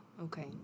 Okay